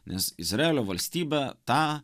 nes izraelio valstybė tą